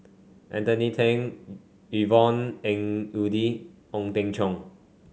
Anthony Then Yvonne Ng Uhde Ong Teng Cheong